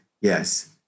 yes